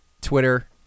Twitter